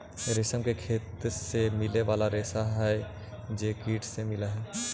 रेशम के खेत से मिले वाला रेशा हई जे कीट से मिलऽ हई